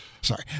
Sorry